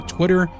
Twitter